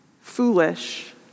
foolish